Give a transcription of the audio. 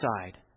side